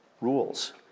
rules